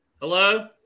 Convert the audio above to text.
Hello